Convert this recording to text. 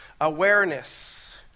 Awareness